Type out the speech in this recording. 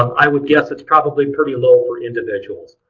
i would guess it's probably pretty low for individuals.